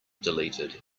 deleted